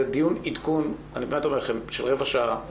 זה דיון עדכון של רבע שעה.